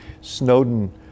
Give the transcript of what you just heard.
Snowden